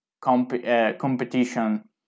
competition